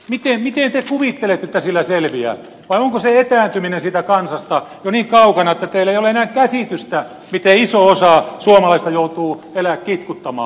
miten te kuvittelette että sillä selviää vai onko se etääntyminen siitä kansasta jo niin kaukana että teillä ei ole enää käsitystä siitä miten iso osa suomalaisista joutuu elää kitkuttamaan